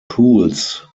pools